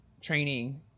training